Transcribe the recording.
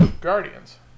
Guardians